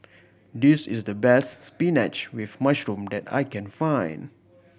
this is the best spinach with mushroom that I can find